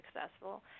successful